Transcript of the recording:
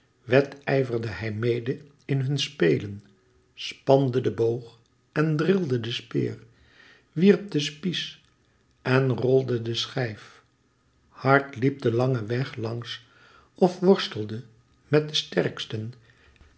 wedijverde hij mede in hun spelen spande de boog en drilde de speer wierp de spies en rolde de schijf hard liep den langen weg langs of worstelde met de sterksten